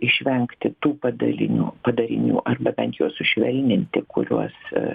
išvengti tų padalinių padarinių arba bent juos sušvelninti kuriuos